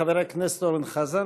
חבר הכנסת אורן חזן,